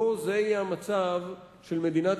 אני מאוד מקווה שלא זה יהיה המצב של מדינת